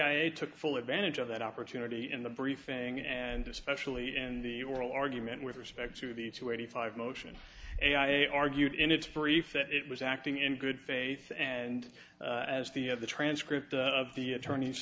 i took full advantage of that opportunity in the briefing and especially in the oral argument with respect to the two eighty five motion a argued in its brief that it was acting in good faith and as the of the transcript of the attorneys